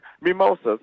mimosas